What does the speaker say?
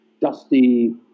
dusty